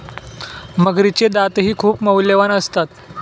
मगरीचे दातही खूप मौल्यवान असतात